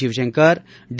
Shivashankar D